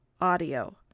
audio